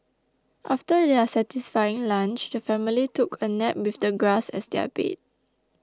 after their satisfying lunch the family took a nap with the grass as their bed